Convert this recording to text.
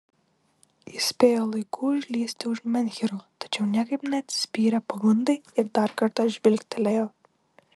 jis spėjo laiku užlįsti už menhyro tačiau niekaip neatsispyrė pagundai ir dar kartą žvilgtelėjo